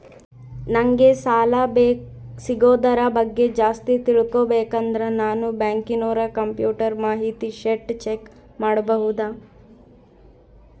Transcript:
ನಂಗೆ ಸಾಲ ಸಿಗೋದರ ಬಗ್ಗೆ ಜಾಸ್ತಿ ತಿಳಕೋಬೇಕಂದ್ರ ನಾನು ಬ್ಯಾಂಕಿನೋರ ಕಂಪ್ಯೂಟರ್ ಮಾಹಿತಿ ಶೇಟ್ ಚೆಕ್ ಮಾಡಬಹುದಾ?